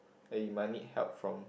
and you might need help from